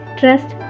trust